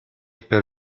per